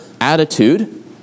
attitude